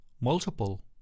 multiple